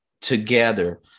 together